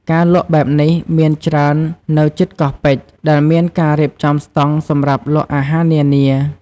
ការលក់បែបនេះមានច្រើននៅជិតកោះពេជ្រ ដែលមានការរៀបចំស្តង់សម្រាប់លក់អាហារនានា។